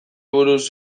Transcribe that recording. buruz